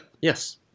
Yes